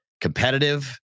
competitive